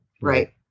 Right